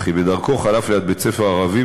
וכי בדרכו חלף ליד בית-ספר ערבי,